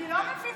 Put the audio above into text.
אני לא מבינה.